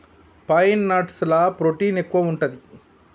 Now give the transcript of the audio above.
pine nuts ల protein ఎక్కువు ఉంటది